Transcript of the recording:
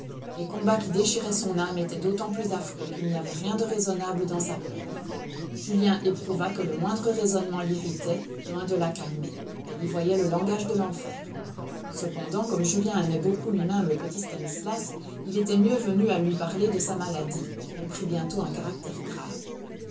les combats qui déchiraient son âme étaient d'autant plus affreux qu'il n'y avait rien de raisonnable dans sa peur julien éprouva que le moindre raisonnement l'irritait loin de la calmer elle y voyait le langage de l'enfer cependant comme julien aimait beaucoup lui-même le petit stanislas il était mieux venu à lui parler de sa maladie elle prit bientôt un caractère grave